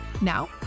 Now